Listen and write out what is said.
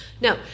No